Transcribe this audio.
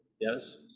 yes